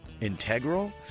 integral